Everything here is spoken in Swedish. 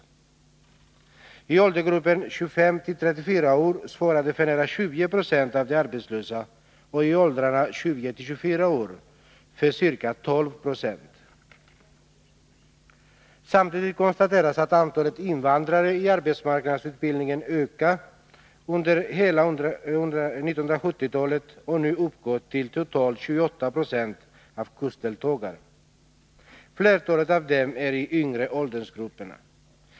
I åldersgruppen 25-34 år svarar de för nära 20 20 av de arbetslösa och i åldrarna 20-24 år för ca 12 20. Samtidigt konstateras att antalet invandrare i arbetsmarknadsutbildning ökat under hela 1970-talet och nu uppgår till totalt 28 Yo av kursdeltagarna. Flertalet av dem är i de yngre åldersgrupperna.